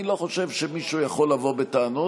אני לא חושב שמישהו יכול לבוא בטענות.